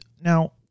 Now